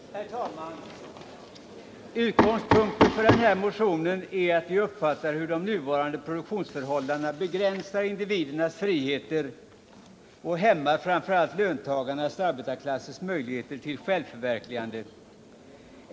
Herr talman! Utgångspunkten för motionen 1976/77:792 är att vi uppfattar hur de nuvarande produktionsförhållandena begränsar individernas friheter och hämmar framför allt löntagarnas-arbetarklassens möjligheter till självförverkligande.